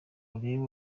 urebe